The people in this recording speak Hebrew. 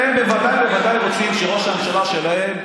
והם בוודאי ובוודאי רוצים שראש הממשלה שלהם,